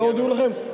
לא הודיעו לכם?